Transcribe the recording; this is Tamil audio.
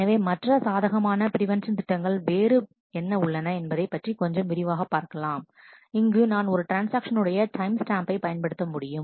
எனவே மற்ற சாதகமான பிரேவென்ஷன் திட்டங்கள் வேறு என்ன உள்ளன என்பதைப் பற்றி கொஞ்சம் விரிவாக பார்க்கலாம் இங்கு நான் ஒரு ட்ரான்ஸ்ஆக்ஷன் உடைய டைம் ஸ்டாம்பை பயன்படுத்த முடியும்